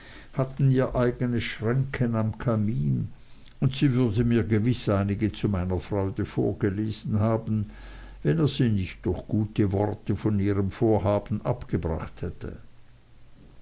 hatten ihr eignes schränkchen am kamin und sie würde mir gewiß einige zu meiner freude vorgelesen haben wenn er sie nicht durch gute worte von ihrem vorhaben abgebracht hätte